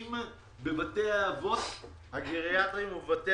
הצוותים בבתי האבות הגריאטריים ובבתי